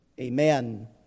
Amen